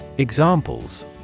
Examples